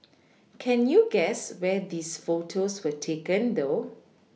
can you guess where these photos were taken though